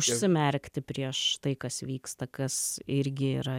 užsimerkti prieš tai kas vyksta kas irgi yra